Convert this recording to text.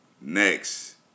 next